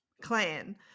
clan